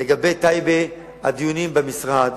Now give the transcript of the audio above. לגבי טייבה, הדיונים במשרד,